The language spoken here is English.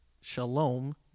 Shalom